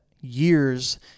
years